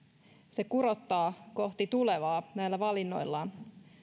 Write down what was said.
se kurottaa kohti tulevaa näillä valinnoillaan